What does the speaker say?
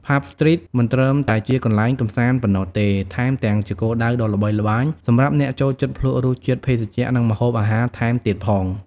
ផាប់ ស្ទ្រីត មិនត្រឹមតែជាកន្លែងកម្សាន្តប៉ុណ្ណោះទេ ថែមទាំងជាគោលដៅដ៏ល្បីល្បាញសម្រាប់អ្នកចូលចិត្តភ្លក្សរសជាតិភេសជ្ជៈ និងម្ហូបអាហារថែមទៀតផង។